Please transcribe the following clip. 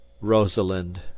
Rosalind